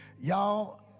Y'all